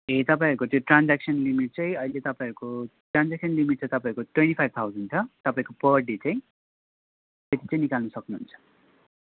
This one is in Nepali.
ए तपाईँहरूको त्यो ट्रान्जेक्सन लिमिट चाहिँ तपाईँहरूको ट्रान्जेक्सन लिमिट चाहिँ तपाईँहरूको ट्वेन्टी फाइभ थाउजन्ड तपाईँको पर डे चाहिँ त्यति चाहिँ निकाल्नु सक्नुहुन्छ